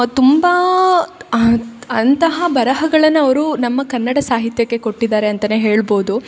ತುಂಬ ಅಂತ ಅಂತಹ ಬರಹಗಳನ್ನು ಅವರು ನಮ್ಮ ಕನ್ನಡ ಸಾಹಿತ್ಯಕ್ಕೆ ಕೊಟ್ಟಿದಾರೆ ಅಂತ ಹೇಳ್ಬೋದು